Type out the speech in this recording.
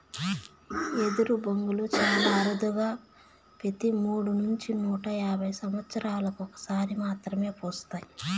ఎదరు బొంగులు చానా అరుదుగా పెతి మూడు నుంచి నూట యాభై సమత్సరాలకు ఒక సారి మాత్రమే పూస్తాయి